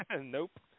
Nope